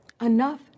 enough